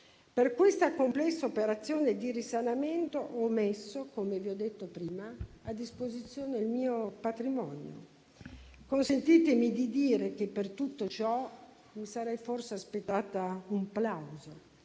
Per la complessa operazione di risanamento - come ho detto prima - ho messo a disposizione il mio patrimonio. Consentitemi di dire che per tutto ciò mi sarei forse aspettata un plauso,